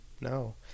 No